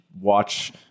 watch